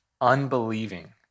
Unbelieving